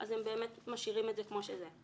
אז הם באמת משאירים את זה כמו שזה.